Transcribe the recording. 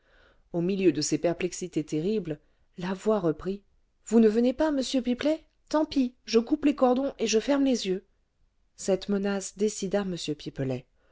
au milieu de ces perplexités terribles la voix reprit vous ne venez pas monsieur pipelet tant pis je coupe les cordons et je ferme les yeux cette menace décida m pipelet